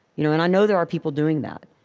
you know and i know there are people doing that,